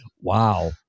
wow